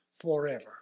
forever